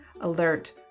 alert